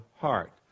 heart